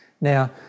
Now